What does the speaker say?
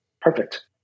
perfect